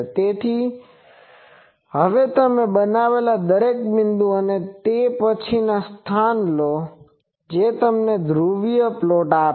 તેથી હવે તમે બનાવેલા દરેક બિંદુ અને તે પછી એક સ્થાન લો જે તમને ધ્રુવીય પ્લોટ આપશે